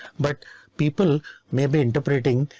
but people may be interpreting.